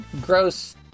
gross